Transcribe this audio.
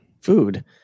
food